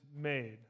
made